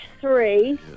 three